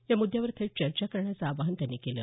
या मुद्यावर थेट चर्चा करण्याचं आवाहन त्यांनी केलं